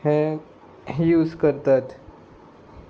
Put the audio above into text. हें यूज करतात